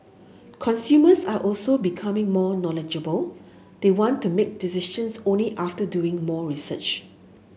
consumers are also becoming more knowledgeable they want to make decisions only after doing more research